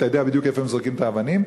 אתה יודע בדיוק איפה הם זורקים את האבנים,